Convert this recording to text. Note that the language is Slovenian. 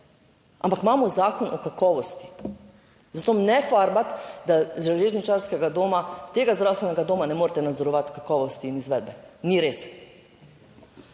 Ampak imamo Zakon o kakovosti, zato ne farbati, da železničarskega doma, tega zdravstvenega doma ne morete nadzorovati kakovosti in izvedbe. Ni res.